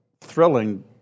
thrilling